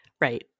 right